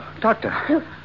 Doctor